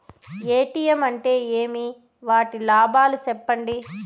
ATM అంటే ఏమి? వాటి లాభాలు సెప్పండి